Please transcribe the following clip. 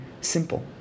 simple